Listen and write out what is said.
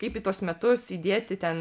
kaip į tuos metus įdėti ten